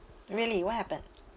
really what happened